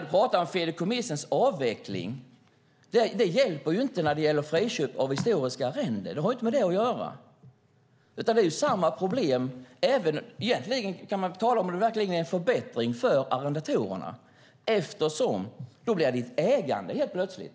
Du pratar om fideikommissens avveckling. Det har ju inte med historiska arrenden att göra. Egentligen kan man fråga sig om det verkligen är en förbättring för arrendatorerna, eftersom det helt plötsligt blir ett ägande.